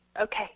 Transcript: Okay